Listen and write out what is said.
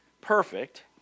perfect